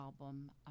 album